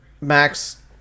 Max